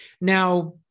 now